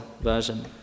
version